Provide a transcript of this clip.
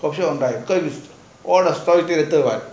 option own buy cause you all what